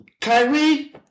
Kyrie